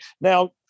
Now